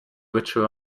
richer